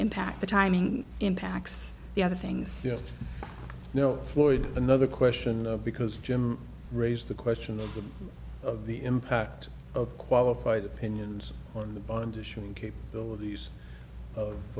impact the timing impacts the other things you know floyd another question because jim raised the question of the impact of qualified opinions on the bond issue and capabilities of